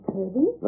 Kirby